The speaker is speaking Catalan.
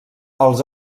els